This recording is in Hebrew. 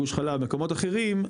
גם בגוש חלב ובמקומות אחרים,